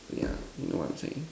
yeah you know what I'm saying